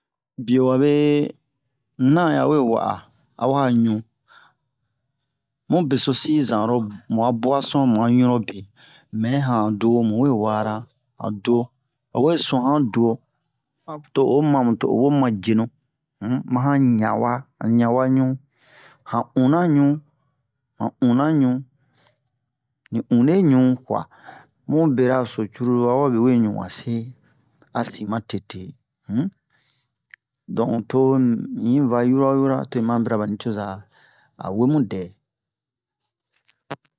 Biyo wabe na ya wee wa'a awa ɲu mu besosi zan oro mu a buwason mu a ɲunle be mɛ ha han duwo mu we wa'ara han duwo o we suhan han duwo to o hi mamu to o wo mu ma jenu um ma han ɲawa han ɲawa ɲu han unna ɲu ni unne ɲu kuwa mu berara so curulu awabe we ɲu wase a sin matete um donk to in yi va yɔrɔ-wo-yɔrɔ to in ma bira ɓa nucoza a we mu dɛ